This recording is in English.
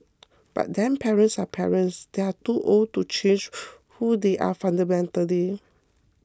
but then parents are parents they are too old to change who they are fundamentally